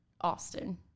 Austin